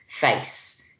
face